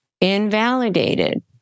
invalidated